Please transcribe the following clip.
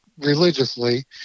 religiously